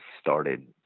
started